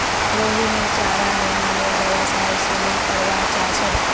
रोहिणी चारा निर्मानेर व्यवसाय शुरू करवा चाह छ